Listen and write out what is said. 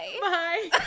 bye